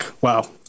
Wow